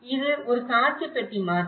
இது ஒரு காட்சி பெட்டி மாதிரி